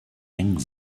eng